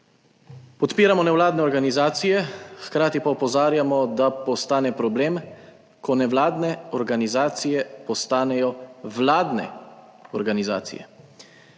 – 15.15 (nadaljevanje) hkrati pa opozarjamo, da postane problem, ko nevladne organizacije postanejo vladne organizacije